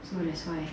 so that's why